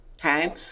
Okay